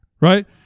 right